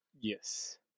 Yes